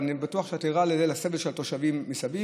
אבל אני בטוח שאת ערה לסבל של התושבים מסביב.